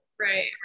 right